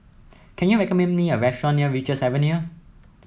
can you recommend me a restaurant near Richards Avenue